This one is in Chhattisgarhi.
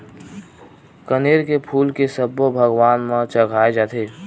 कनेर के फूल के सब्बो भगवान म चघाय जाथे